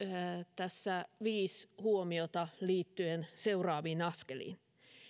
tässä viisi huomiota liittyen seuraaviin askeliin